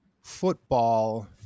football